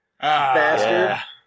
Bastard